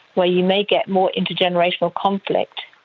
where you may get more intergenerational conflict,